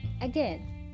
Again